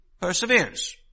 perseveres